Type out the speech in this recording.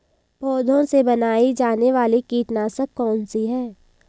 पौधों से बनाई जाने वाली कीटनाशक कौन सी है?